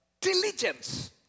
diligence